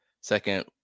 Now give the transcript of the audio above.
second